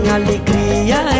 alegria